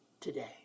today